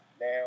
now